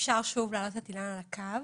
אפשר שוב להעלות את אילנה על הקו,